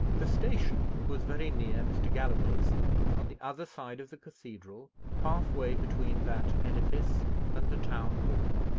the station was very near mr. galloway's on the other side of the cathedral, halfway between that edifice and the town-hall.